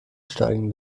steigen